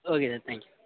okay sir thank you